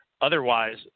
otherwise